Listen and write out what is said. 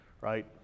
right